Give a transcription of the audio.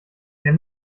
der